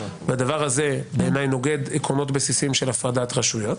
והדבר הזה בעיניי נוגד עקרונות בסיסיים של הפרדת רשויות,